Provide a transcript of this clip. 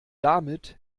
damit